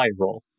viral